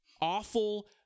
awful